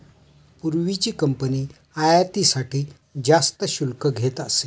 पूर्वीची कंपनी आयातीसाठी जास्त शुल्क घेत असे